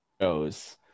shows